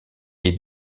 est